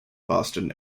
boston